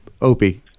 Opie